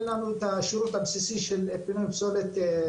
לנו את השירות הבסיסי של פינוי פסולת.